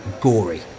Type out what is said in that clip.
gory